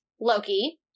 Loki